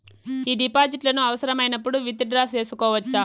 ఈ డిపాజిట్లను అవసరమైనప్పుడు విత్ డ్రా సేసుకోవచ్చా?